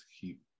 keep